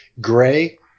gray